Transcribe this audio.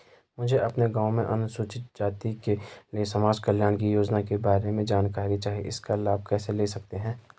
मुझे अपने गाँव में अनुसूचित जाति के लिए समाज कल्याण की योजनाओं के बारे में जानकारी चाहिए इसका लाभ कैसे ले सकते हैं?